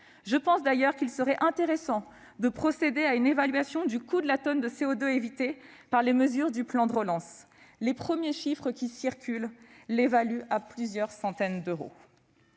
Je pense d'ailleurs qu'il serait intéressant de procéder à une évaluation du coût de la tonne de CO2 évitée par les mesures du plan de relance. Les premiers chiffres qui circulent l'évaluent à plusieurs centaines d'euros